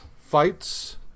fights